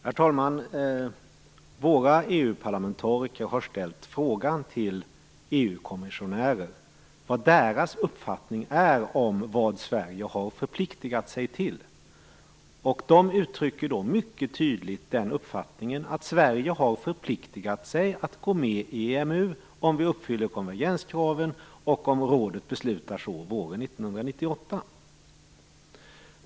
Herr talman! Våra EU-parlamentariker har frågat EU-kommissionärer vad deras uppfattning är om vad Sverige har förpliktat sig till. De uttrycker mycket tydligt den uppfattningen att Sverige har förpliktat sig att gå med i EMU om vi uppfyller konvergenskraven och om rådet beslutar så våren 1998.